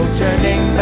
turning